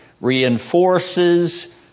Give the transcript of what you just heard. reinforces